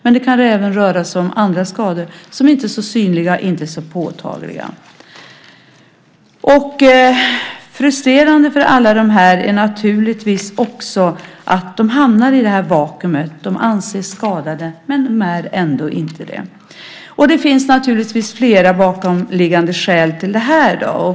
Men det kan även röra sig om andra skador, som inte är så synliga och inte så påtagliga. Frustrerande för alla dessa är naturligtvis också att de hamnar i detta vakuum - de anses skadade men är ändå inte det. Det finns naturligtvis flera bakomliggande skäl till det här.